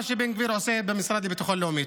שבן גביר עושה במשרד לביטחון לאומי.